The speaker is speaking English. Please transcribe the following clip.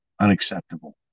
unacceptable